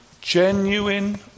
genuine